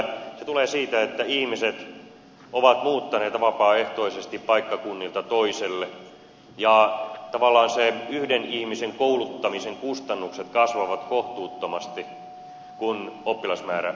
se tulee siitä että ihmiset ovat muuttaneet vapaaehtoisesti paikkakunnalta toiselle ja tavallaan sen yhden ihmisen kouluttamisen kustannukset kasvavat kohtuuttomasti kun oppilasmäärä vähenee